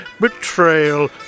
betrayal